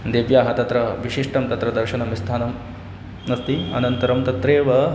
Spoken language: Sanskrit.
देव्याः तत्र विशिष्टं तत्र दर्शनं स्थानम् अस्ति अनन्तरं तत्रैव